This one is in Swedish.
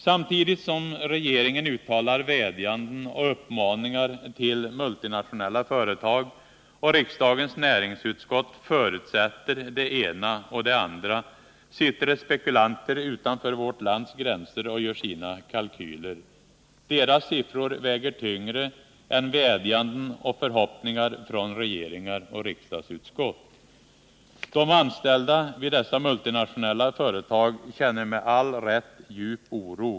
Samtidigt som regeringen uttalar vädjanden och uppmaningar till multinationella företag och riksdagens näringsutskott förutsätter det ena och det andra sitter det spekulanter utanför vårt lands gränser och gör sina kalkyler. Deras siffror väger tyngre än vädjanden och förhoppningar från regeringar och riksdagsutskott. De anställda vid dessa multinationella företag känner med all rätt djup oro.